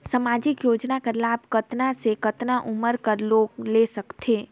समाजिक योजना कर लाभ कतना से कतना उमर कर लोग ले सकथे?